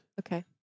Okay